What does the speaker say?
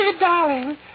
darling